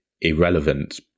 irrelevant